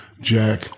Jack